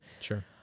sure